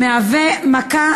ומהווה מכה